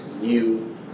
new